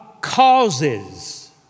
causes